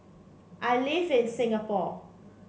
I live in Singapore